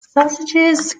sausages